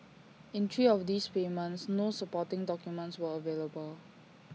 in three of these payments no supporting documents were available